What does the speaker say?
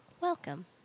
Welcome